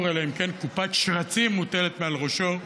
אלא אם כן קופת שרצים מוטלת מעל ראשו.